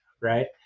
right